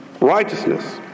righteousness